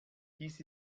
dies